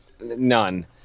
None